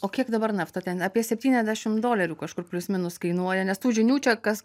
o kiek dabar nafta ten apie septyniasdešimt dolerių kažkur plius minus kainuoja nes tų žinių čia kas